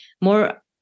more